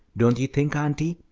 don't you think, auntie?